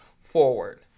forward